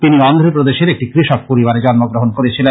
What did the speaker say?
তিনি অন্ধ্রপ্রদেশের একটি কৃষক পরিবারে জন্ম গ্রহণ করেছিলেন